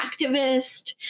activist